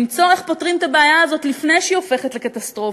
למצוא איך פותרים את הבעיה הזו לפני שהיא הופכת לקטסטרופה,